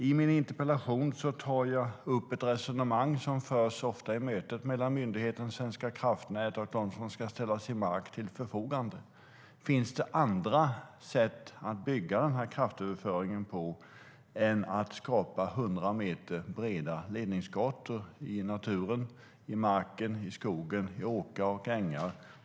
I min interpellation tar jag upp ett resonemang som ofta förs i mötet mellan myndigheten Svenska kraftnät och de som ska ställa sin mark till förfogande. Finns det andra sätt att bygga kraftöverföringen på än att skapa 100 meter breda ledningsgator i naturen, i marken, i skogen, på åkrar och på ängar?